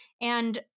And-